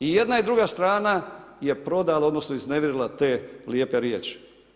I jedna i druga strana je prodala odnosno iznevjerila te lijepe riječi.